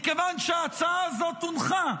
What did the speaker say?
מכיוון שההצעה הזאת הונחה,